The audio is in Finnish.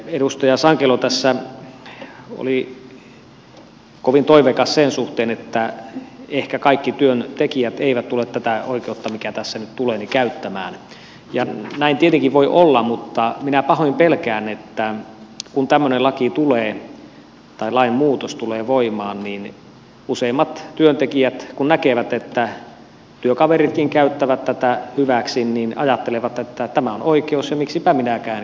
edustaja sankelo tässä oli kovin toiveikas sen suhteen että ehkä kaikki työntekijät eivät tule tätä oikeutta mikä tässä nyt tulee käyttämään ja näin tietenkin voi olla mutta minä pahoin pelkään että kun tämmöinen lainmuutos tulee voimaan niin useimmat työntekijät kun näkevät että työkaveritkin käyttävät tätä hyväksi ajattelevat että tämä on oikeus ja miksipä minäkin en käyttäisi